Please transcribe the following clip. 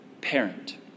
parent